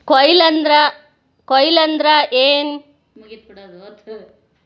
ಕೊಯ್ಲು ಅಂದ್ರ ಏನ್?